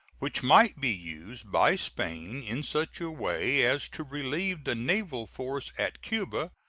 which might be used by spain in such a way as to relieve the naval force at cuba,